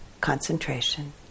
concentration